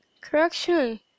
correction